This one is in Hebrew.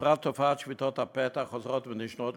ובפרט תופעת שביתות הפתע החוזרות ונשנות,